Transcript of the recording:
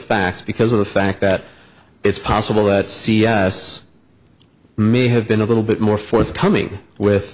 facts because of the fact that it's possible that c b s may have been a little bit more forthcoming with